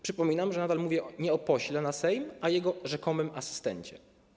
Przypominam, że nadal mówię nie o pośle na Sejm, a o jego rzekomym asystencie.